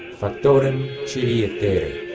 factorial chilly ah air